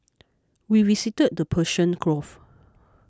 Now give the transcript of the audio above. we visited the Persian Gulf